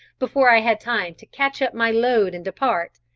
before i had time to catch up my load and depart,